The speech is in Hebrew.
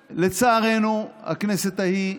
ולצערנו, הכנסת ההיא,